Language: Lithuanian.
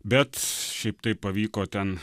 bet šiaip taip pavyko ten